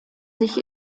sich